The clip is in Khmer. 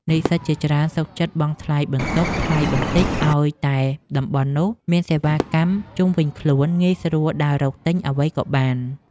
និស្សិតជាច្រើនសុខចិត្តបង់ថ្លៃបន្ទប់ថ្លៃបន្តិចឱ្យតែតំបន់នោះមានសេវាកម្មជុំវិញខ្លួនងាយស្រួលដើររកទិញអ្វីក៏បាន។